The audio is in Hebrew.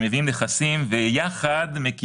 השינוי המרכזי שצריך להיות בכלי הזה זה